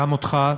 גם אותך,